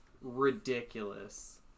ridiculous